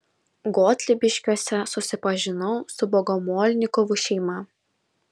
gotlybiškiuose susipažinau su bogomolnikovų šeima